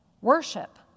worship